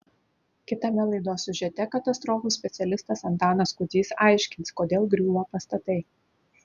kitame laidos siužete katastrofų specialistas antanas kudzys aiškins kodėl griūva pastatai